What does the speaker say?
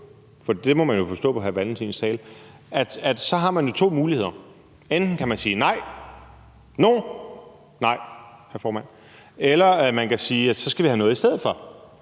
– det må man jo forstå på hr. Kim Valentins tale – så har man to muligheder: Enten kan man sige nej, eller man kan sige, at så skal vi have noget til gengæld.